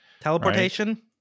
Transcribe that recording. Teleportation